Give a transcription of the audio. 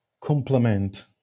complement